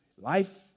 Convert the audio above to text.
Life